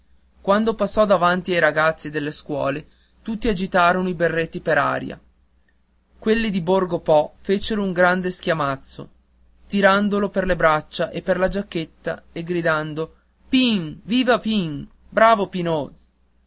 quando passò davanti ai ragazzi delle scuole tutti agitarono i berretti per aria quelli di borgo po fecero un grande schiamazzo tirandolo per le braccia e per la giacchetta e gridando pin viva pin bravo pinot